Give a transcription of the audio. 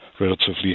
relatively